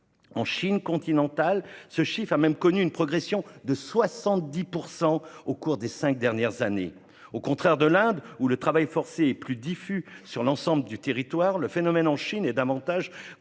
En Chine continentale, ce chiffre a même connu une progression de 70 % au cours des cinq dernières années. Au contraire de l'Inde, où le travail forcé est plus diffus sur l'ensemble du territoire, le phénomène en Chine est davantage